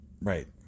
Right